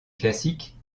classique